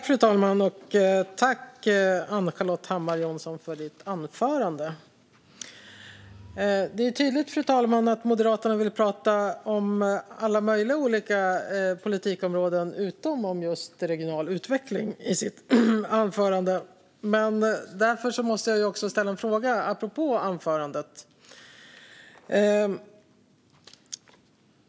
Fru talman! Tack, Ann-Charlotte Hammar Johnsson, för ditt anförande! Det är tydligt, fru talman, att Moderaterna vill prata om alla möjliga olika politikområden utom om just regional utveckling i sina anföranden. Därför måste jag ställa en fråga apropå detta anförande.